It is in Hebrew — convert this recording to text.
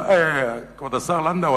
כבוד השר לנדאו,